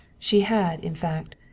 she had, in fact,